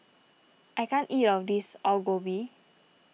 I can't eat all of this Alu Gobi